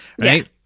right